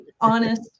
honest